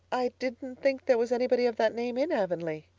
i didn't think there was anybody of that name in avonlea.